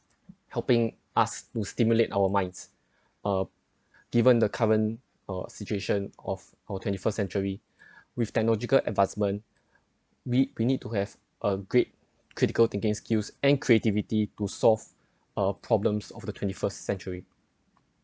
helping us most stimulate our minds uh given the current uh situation of our twenty first century with technological advancements we we need to have a great critical thinking skills and creativity to solve uh problems of the twenty first century